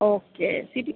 okay city